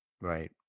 Right